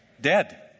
dead